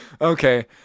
Okay